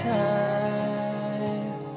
time